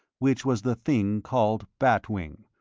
which was the thing called bat wing,